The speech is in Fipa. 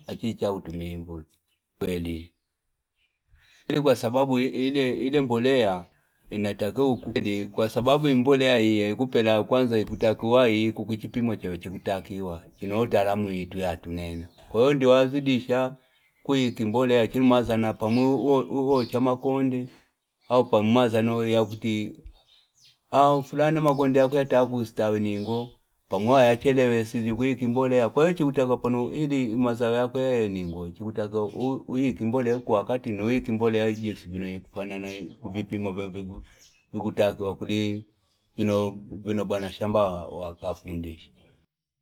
Achicha utumi mbuli. Kwa sababu hile mbulia inatake uku. Kwa sababu hile mbulia kupela kwanza kutakuwa hii kukichipimo chewa chikutakiwa, chino ota alamu hitu ya tunena. Kwayo ndi wazidisha kuyikimbulia chino maza na pamu uho chama kondi, au pamu maza no ya kuti, au fulana ma kondi ya kuya tabu istaweningo. Pamu uho ya chelewe sizi kuyikimbulia. Kwayo chikutaka pono hidi maza wea kwayo ndingo. Chikutaka uu kimbulia uku wakati na uu kimbulia ajie kufanana. Kupipimbo bebegu. Chikutakawa kuli kubino banashamba wakafundisha.